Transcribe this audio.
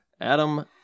Adam